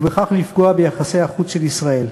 ובכך לפגוע ביחסי החוץ של ישראל.